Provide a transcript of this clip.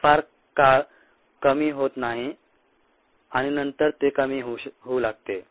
हे फार काळ कमी होत नाही आणि नंतर ते कमी होऊ लागते